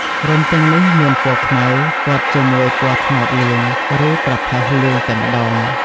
រោមទាំងនេះមានពណ៌ខ្មៅព័ទ្ធជាមួយពណ៌ត្នោតលឿង ឬប្រផេះលឿងតែម្ដង។